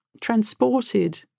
transported